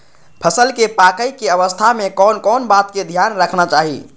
फसल के पाकैय के अवस्था में कोन कोन बात के ध्यान रखना चाही?